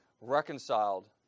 reconciled